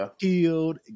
killed